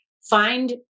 Find